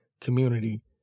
community